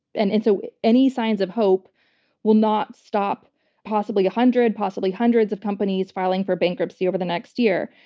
and and so any signs of hope will not stop possibly a hundred, possibly hundreds of companies filing for bankruptcy over the next year.